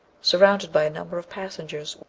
surrounded by a number of passengers,